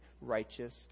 righteous